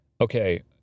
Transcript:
Okay